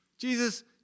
Jesus